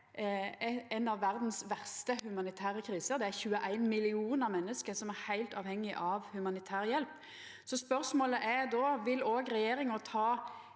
ei av verdas verste humanitære kriser. Det er 21 millionar menneske som er heilt avhengige av humanitær hjelp. Spørsmålet er då: Vil regjeringa, i